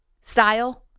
style –